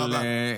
תודה רבה.